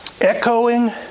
echoing